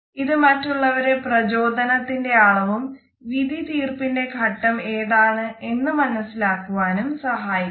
ഇത് മറ്റുള്ളവരുടെ പ്രചോദനത്തിന്റെ അളവും വിധി തീർപ്പിന്റെ ഘട്ടം ഏതാണ് എന്ന് മനസ്സിലാക്കുവാനും സഹായിക്കുന്നു